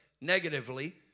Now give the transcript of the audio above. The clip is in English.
negatively